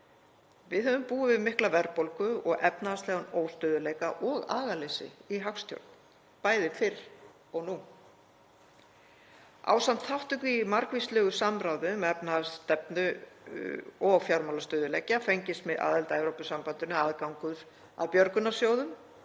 Við höfum búið við mikla verðbólgu og efnahagslegan óstöðugleika og agaleysi í hagstjórn, bæði fyrr og nú. Ásamt þátttöku í margvíslegu samráði um efnahagsstefnu og fjármálastöðugleika fengist með aðild að Evrópusambandinu aðgangur að björgunarsjóðum